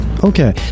Okay